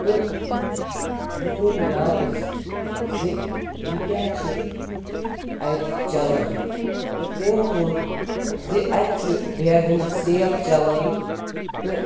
تہٕ مےٚ ووٚن یارَس زِ یہِ کیٛاہ چھِ اَتہِ چَلان تہٕ تٔمۍ ووٚن زِ اَتہِ چھِ بیگَن سیل چَلان تہٕ